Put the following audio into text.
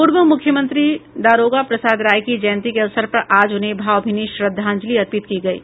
पूर्व मूख्यमंत्री दारोगा प्रसाद राय की जयंती के अवसर पर आज उन्हें भावभीनी श्रद्वांजलि अर्पित की गयी